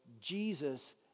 Jesus